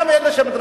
גם באלה שמתנחלים.